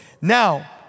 Now